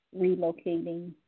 relocating